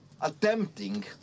attempting